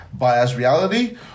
biasreality